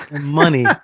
money